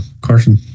Carson